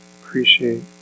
Appreciate